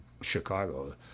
Chicago